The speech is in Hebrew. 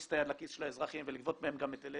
עוד את היד לכיס של האזרחים ולגבות מהם גם היטלי